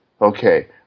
Okay